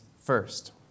first